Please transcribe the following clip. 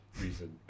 reason